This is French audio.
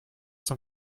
cent